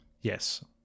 Yes